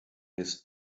his